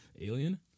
alien